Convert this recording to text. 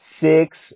Six